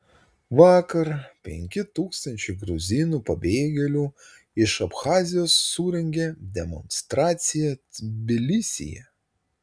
vakar penki tūkstančiai gruzinų pabėgėlių iš abchazijos surengė demonstraciją tbilisyje